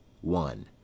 one